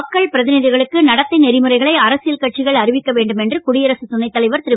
மக்கள் பிரதிநிதிகளுக்கு நடத்தை நெறிமுறைகளை அரசியல் கட்சிகள் அறிவிக்கவேண்டும் என்று குடியரசுத் துணைத்தலைவர் திரு